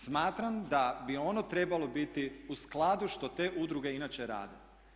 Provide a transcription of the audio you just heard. Smatram da bi ono trebalo biti u skladu što te udruge inače rade.